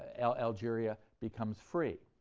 algeria becomes free.